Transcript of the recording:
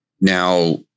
now